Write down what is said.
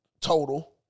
Total